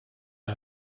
are